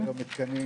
אני